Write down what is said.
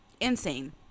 Insane